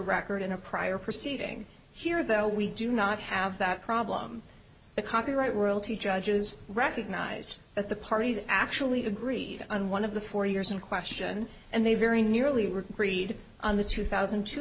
record in a prior proceeding here though we do not have that problem the copyright royalty judges recognized that the parties actually agreed on one of the four years in question and they very nearly were read on the two thousand